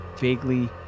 vaguely